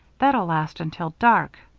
that'll last until dark.